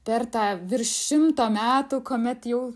per tą virš šimto metų kuomet jau